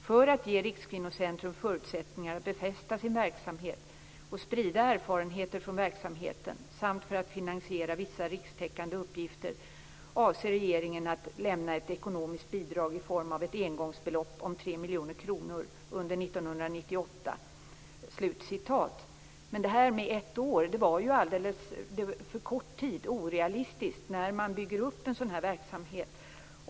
För att ge Rikskvinnocentrum förutsättningar att befästa sin verksamhet och sprida erfarenheter från verksamheten samt för att finansiera vissa rikstäckande uppgifter avser regeringen att lämna ett ekonomiskt bidrag i form av ett engångsbelopp om 3 miljoner kronor under 1998. Men ett år var ju en alldeles för kort tid. Det är orealistiskt när man bygger upp en sådan verksamhet.